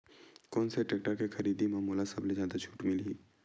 कोन से टेक्टर के खरीदी म मोला सबले जादा छुट मिलही?